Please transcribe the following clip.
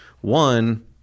One